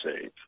save